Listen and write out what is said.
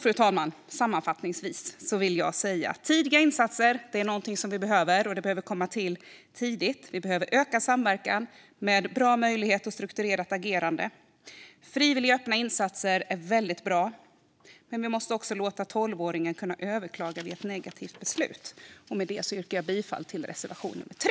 Sammanfattningsvis, fru talman, vill jag säga att tidiga insatser behövs. Vi behöver öka samverkan med bra möjligheter och strukturerat agerande. Frivilliga öppna insatser är bra, men vi måste också låta tolvåringen överklaga ett negativt beslut. Med detta yrkar jag bifall till reservation nummer 3.